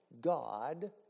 God